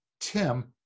Tim